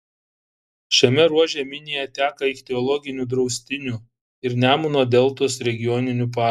šiame ruože minija teka ichtiologiniu draustiniu ir nemuno deltos regioniniu parku